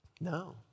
No